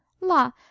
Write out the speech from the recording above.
La